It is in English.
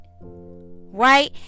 Right